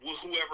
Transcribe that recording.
whoever